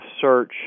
search